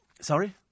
Sorry